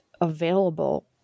available